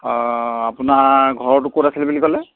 অঁ আপোনাৰ ঘৰটো ক'ত আছিলে বুলি ক'লে